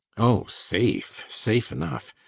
oh, safe safe enough!